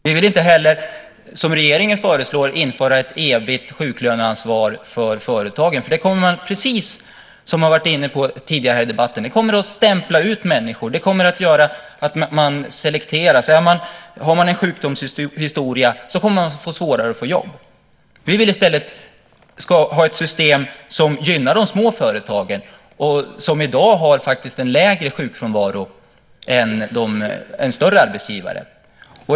Vi vill inte heller, som regeringen föreslår, införa ett evigt sjuklöneansvar för företagen. Precis som andra varit inne på tidigare i debatten kommer det att stämpla ut människor. Det kommer att göra att man selekteras. Har man en sjukdomshistoria kommer man att få svårare att få ett jobb. Vi vill i stället ha ett system som gynnar de små företagen, som i dag faktiskt har en lägre sjukfrånvaro än större arbetsgivare.